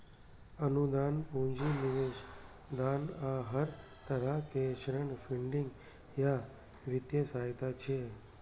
अनुदान, पूंजी निवेश, दान आ हर तरहक ऋण फंडिंग या वित्तीय सहायता छियै